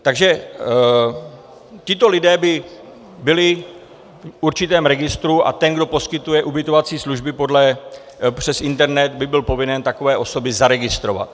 Takže tito lidé by byli v určitém registru a ten, kdo poskytuje ubytovací služby přes internet, by byl povinen takové osoby zaregistrovat.